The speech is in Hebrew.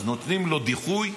אז נותנים לו דיחוי,